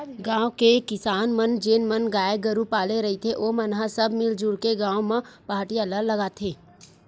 गाँव के किसान मन जेन मन गाय गरु पाले रहिथे ओमन ह सब मिलजुल के गाँव म पहाटिया ल लगाथे